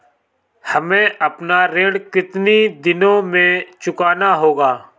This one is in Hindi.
हमें अपना ऋण कितनी दिनों में चुकाना होगा?